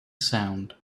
sound